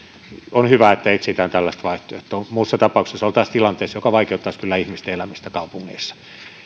on hyvä että etsitään tällaista vaihtoehtoa muussa tapauksessa oltaisiin tilanteessa joka vaikeuttaisi kyllä ihmisten elämistä kaupungeissa